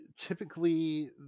Typically